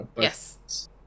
Yes